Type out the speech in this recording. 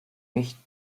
mich